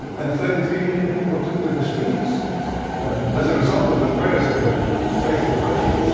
and thirty three million people took to the streets as a result of the prayers of the faithful christians